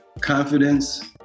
confidence